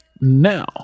Now